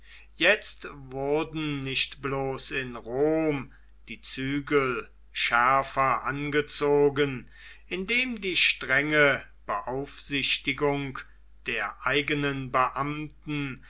jetzt wurden nicht bloß in rom die zügel schärfer angezogen indem die strenge beaufsichtigung der eigenen beamten